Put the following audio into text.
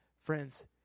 Friends